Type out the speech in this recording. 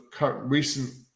recent